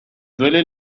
duele